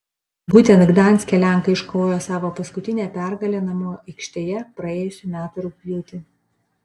būtent gdanske lenkai iškovojo savo paskutinę pergalę namų aikštėje praėjusių metų rugpjūtį